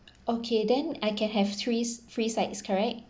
okay then I can have threes free sides correct